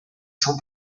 sont